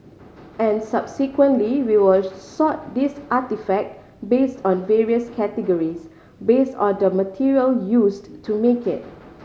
and subsequently we will sort these artefact based on various categories based on the material used to make it